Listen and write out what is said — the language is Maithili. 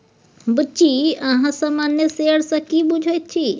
बुच्ची अहाँ सामान्य शेयर सँ की बुझैत छी?